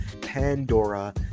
Pandora